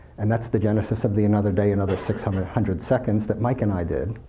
and that's the genesis of the another day, another six hundred hundred seconds that mike and i did.